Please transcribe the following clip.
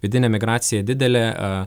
vidinė migracija didelė